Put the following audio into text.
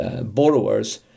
borrowers